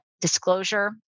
disclosure